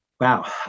Wow